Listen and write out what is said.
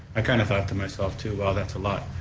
i kind of thought to myself, too, wow, that's a lot.